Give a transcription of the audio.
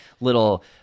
little